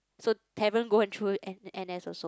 so haven't go and through N~ N_S also